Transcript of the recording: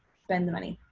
spend the money.